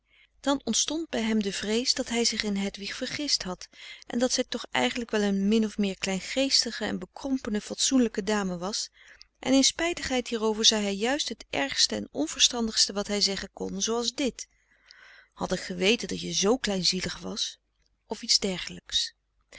dan ontstond bij hem de vrees dat hij zich in hedwig vergist had en dat zij toch eigenlijk wel een min of meer kleingeestige en bekrompene fatsoenlijke dame was en in spijtigheid hierover zei hij juist het ergste en onverstandigste wat hij zeggen kon zooals dit had ik geweten dat je z kleinzielig was of iets dergelijks